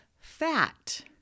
fat